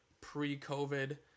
pre-COVID